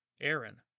Aaron